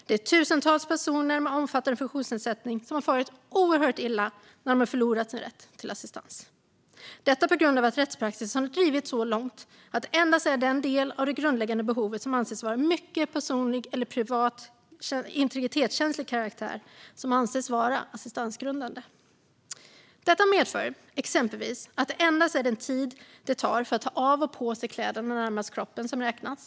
Det är tusentals personer med omfattande funktionsnedsättning som har farit oerhört illa när de har förlorat sin rätt till assistans, detta på grund av att rättspraxisen har drivits så långt att endast den del av det grundläggande behovet som anses vara av mycket personlig eller integritetskänslig karaktär anses vara assistansgrundande. Detta medför exempelvis att det är endast den tid som det tar att ta av och på kläderna närmast kroppen som räknas.